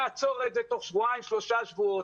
נעצור את זה תוך שבועיים-שלושה שבועות.